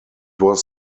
was